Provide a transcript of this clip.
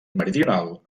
meridional